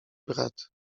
brat